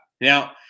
Now